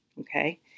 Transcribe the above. okay